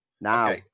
Now